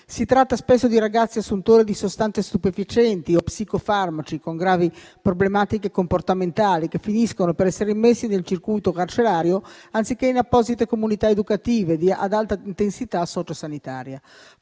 si tratta spesso di ragazzi assuntori di sostanze stupefacenti o psicofarmaci con gravi problematiche comportamentali che finiscono per essere immessi nel circuito carcerario, anziché in apposite comunità educative ad alta intensità sociosanitaria.